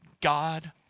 God